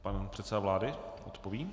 Pan předseda vlády odpoví.